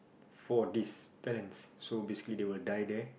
for this talents so basically they will die there